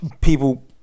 people